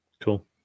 Cool